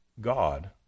God